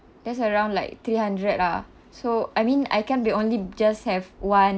that's around like three hundred lah so I mean I can't be only just have one